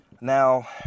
now